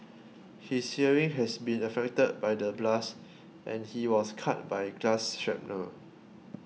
his hearing has been affected by the blast and he was cut by glass shrapnel